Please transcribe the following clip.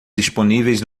disponíveis